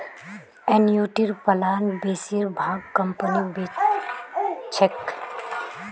एनयूटीर प्लान बेसिर भाग कंपनी बेच छेक